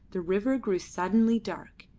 the river grew suddenly dark,